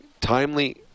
timely